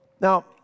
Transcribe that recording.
Now